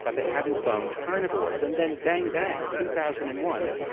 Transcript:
but they haven't cloned carnivores. and then, bang bang, two thousand and one,